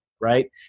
right